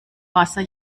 wasser